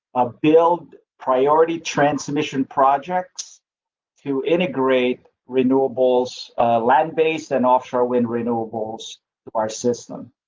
a build priority transmission projects to integrate renewables land based and offshore when renewables our system.